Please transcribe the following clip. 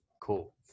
cool